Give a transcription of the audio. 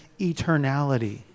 eternality